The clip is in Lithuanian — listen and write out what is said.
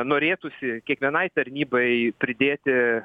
norėtųsi kiekvienai tarnybai pridėti